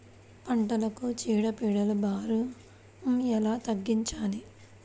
పంటలకు చీడ పీడల భారం ఎలా తగ్గించాలి?